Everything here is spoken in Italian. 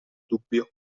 dubbio